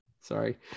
Sorry